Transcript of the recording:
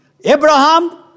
Abraham